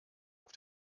auf